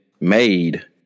made